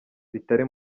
bitari